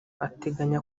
ateganya